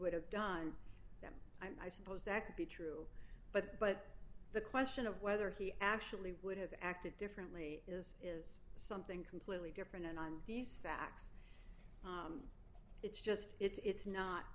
would have done i suppose that could be true but but the question of whether he actually would have acted differently is is something completely different and on these facts it's just it's